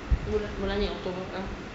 bulan bulan ni october ah